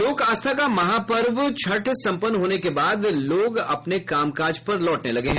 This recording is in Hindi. लोक आस्था का महापर्व छठ सम्पन्न होने के बाद लोग अपने काम काज पर लौटने लगे हैं